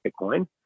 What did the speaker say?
Bitcoin